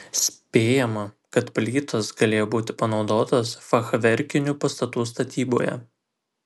spėjama kad plytos galėjo būti panaudotos fachverkinių pastatų statyboje